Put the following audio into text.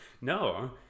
no